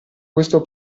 questo